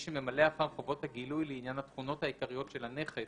שממלא אחר חובות הגילוי לעניין התכונות העיקריות של הנכס